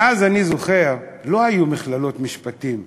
ואז, אני זוכר, לא היו מכללות למשפטים,